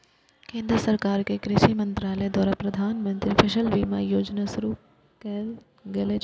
केंद्र सरकार के कृषि मंत्रालय द्वारा प्रधानमंत्री फसल बीमा योजना शुरू कैल गेल छै